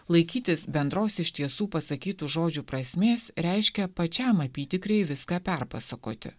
laikytis bendros iš tiesų pasakytų žodžių prasmės reiškia pačiam apytikriai viską perpasakoti